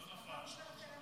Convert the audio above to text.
לא נפל.